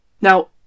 Now